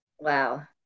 Wow